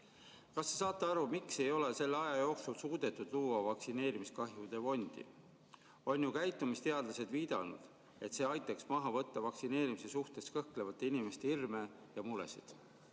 Kas te saate aru, miks ei ole selle aja jooksul suudetud luua vaktsineerimiskahjude fondi? On ju käitumisteadlased viidanud, et see aitaks maha võtta vaktsineerimise suhtes kõhklevate inimeste hirme ja muresid.